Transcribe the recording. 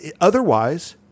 otherwise